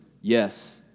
Yes